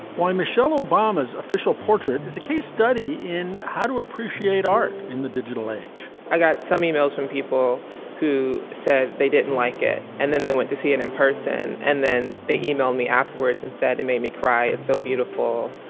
why michelle obama's official portrait is a case study in how to appreciate art in the digital age i got some emails from people who said they didn't like it and then they went to see it in person and then they emailed me afterwards and said it made me cry. it's and so beautiful.